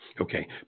Okay